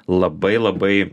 labai labai